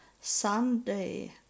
Sunday